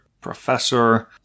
professor